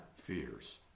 fears